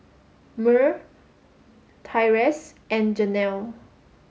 Myrl Tyrese and Janell